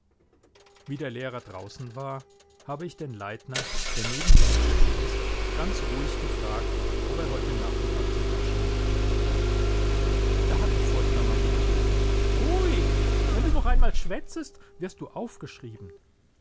wie der lehrer draußen war habe ich den leitner der neben mir gesessen ist ganz ruhig gefragt ob er heute nachmittag zum fischen mitgehen will da hat die furtner marie gerufen ruhig wenn du noch einmal schwätzest wirst du aufgeschrieben